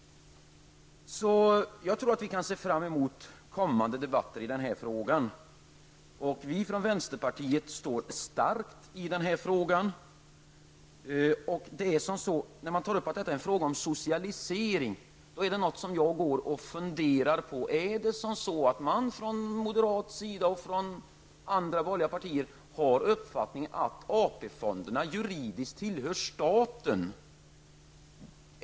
Jag tror att vi kan se fram emot kommande debatter i den här frågan. Vänsterpartiet står starkt i den här frågan. Man säger att detta är en fråga om socialisering. Jag funderar då på om moderaterna och andra borgerliga partier har uppfattningen att AP fonderna juridiskt sett tillhör staten.